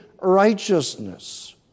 righteousness